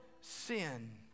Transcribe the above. sin